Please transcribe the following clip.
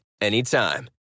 anytime